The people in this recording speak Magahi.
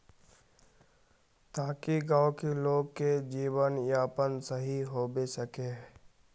ताकि गाँव की लोग के जीवन यापन सही होबे सके?